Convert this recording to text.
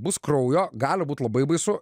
bus kraujo gali būt labai baisu